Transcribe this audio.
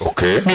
Okay